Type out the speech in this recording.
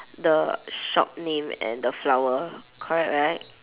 the shop name and the flower correct right